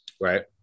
Right